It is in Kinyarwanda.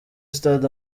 stade